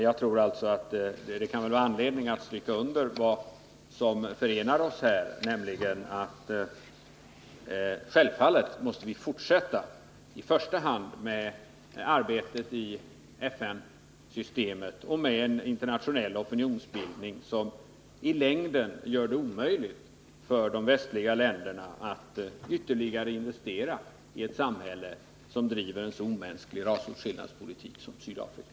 Jag tror att det kan finnas anledning att stryka under vad som förenar oss, nämligen att vi självfallet måste fortsätta i första hand med arbetet i FN-systemet och med en internationell opinionsbildning, som i längden gör det omöjligt för de västliga länderna att ytterligare investera i ett samhälle som driver en så omänsklig rasåtskillnadspolitik som Sydafrika.